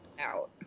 out